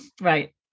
Right